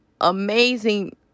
amazing